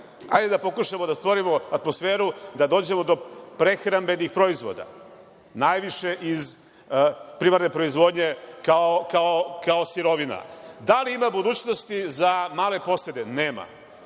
hajde da pokušamo da stvorimo atmosferu, da dođemo do prehrambenih proizvoda, najviše iz primarne proizvodnje, kao sirovina. Da li ima budućnosti za male posede? Nema.